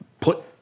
put